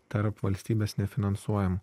tarp valstybės nefinansuojamų